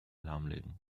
lahmlegen